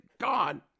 God